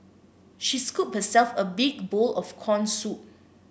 she scooped herself a big bowl of corn soup